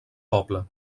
poble